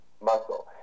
muscle